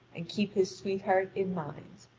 and keep his sweetheart in mind.